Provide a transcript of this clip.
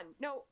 no